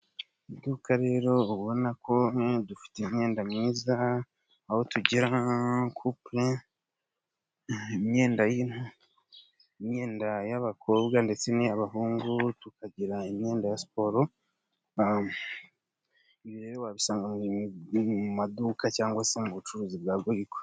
Iduka rero uba ubona ko dufite imyenda myiza aho tugera kupure, imyenda y'impu, imyenda y'abakobwa ndetse n'iy'abahungu , tukagira imyenda ya siporo. Ibi rero wabisanga mu maduka cyangwa se mu bucuruzi bwa goyiko.